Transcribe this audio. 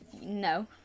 no